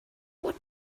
what